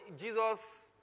Jesus